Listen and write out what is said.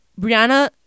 brianna